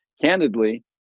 candidly